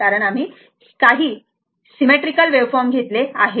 आपण काही symmetrical wave form घेतले आहेत